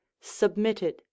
submitted